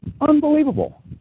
Unbelievable